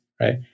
right